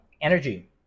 energy